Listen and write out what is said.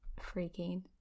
freaking